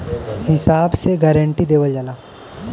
हिसाब से गारंटी देवल जाला